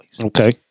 Okay